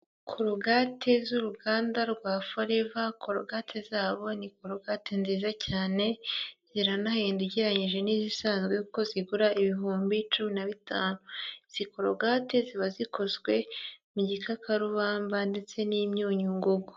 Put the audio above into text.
Korogate z'uruganda rwa Forever, korogate zabo ni korogate nziza cyane, ziranahenda igereranyije n'izisanzwe kuko zigura ibihumbi cumi na bitanu, izi korogate ziba zikozwe mu gikakarubamba ndetse n'imyunyungugu.